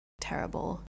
terrible